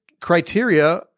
criteria